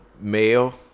male